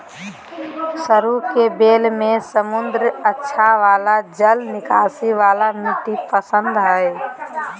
सरू के बेल के समृद्ध, अच्छा जल निकासी वाला मिट्टी पसंद हइ